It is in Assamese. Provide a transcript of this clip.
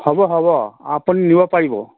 হ'ব হ'ব আপুনি নিব পাৰিব